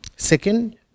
Second